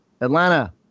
Atlanta